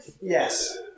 Yes